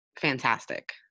fantastic